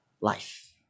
life